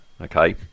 okay